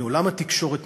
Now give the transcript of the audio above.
מעולם התקשורת,